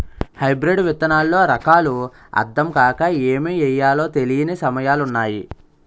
hybrid విత్తనాల్లో రకాలు అద్దం కాక ఏమి ఎయ్యాలో తెలీని సమయాలున్నాయి